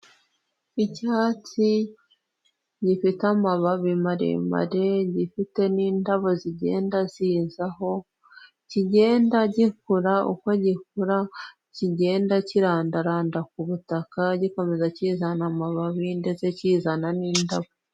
Icyatsi gifite amababi maremare gifite n'indabo zigenda zizaho, kigenda gikura uko gikura kigenda kirandaranda ku butaka, gikomeza kizana amababi ndetse kizana n'indabo.